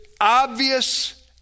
obvious